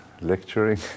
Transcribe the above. lecturing